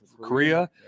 Korea